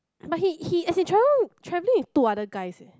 but he he as in Chai-Yong travelling with two other guys eh